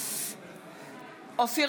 (קוראת בשמות חברי הכנסת) אופיר